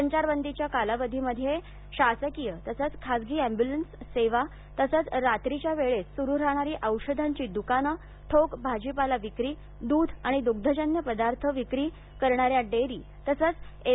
संचारबंदीच्या कालावधीमध्येय शासकीय तसेच खाजगी एम्बूलन्स सेवारात्रीच्याक वेळेस सुरु राहणारी औषधांची दुकानेठोक भाजीपाला विक्री दुध आणि दुग्धजन्यं पदार्थ विंक्री करणाऱ्या डेअरी एम